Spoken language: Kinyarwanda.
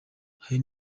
hari